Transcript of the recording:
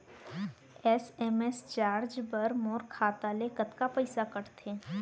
SMS charge बर मोर खाता ले कतका पइसा कटथे?